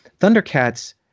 Thundercats